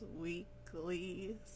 weekly